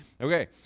Okay